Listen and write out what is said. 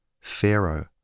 Pharaoh